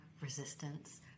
resistance